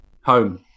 home